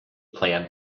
plan